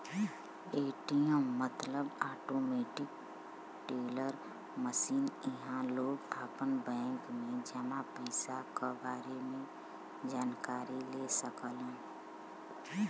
ATM मतलब automatic teller machine इहां लोग आपन बैंक में जमा पइसा क बारे में जानकारी ले सकलन